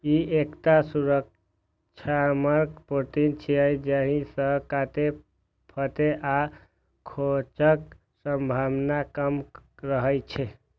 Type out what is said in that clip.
ई एकटा सुरक्षात्मक प्रोटीन छियै, जाहि सं कटै, फटै आ खोंचक संभावना कम रहै छै